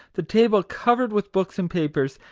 the table covered with books and papers,